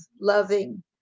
loving